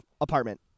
apartment